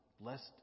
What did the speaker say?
Blessed